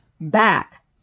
back